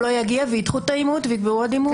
וידחו את העימות ויקבעו עוד עימות.